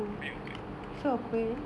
very awkward